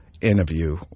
interview